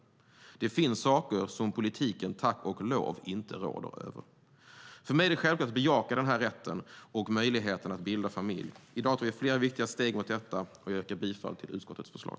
Det finns saker som politiken tack och lov inte råder över. För mig är det självklart att bejaka denna rätt och möjligheten att bilda familj. I dag tar vi flera viktiga steg mot detta. Jag yrkar bifall till utskottets förslag.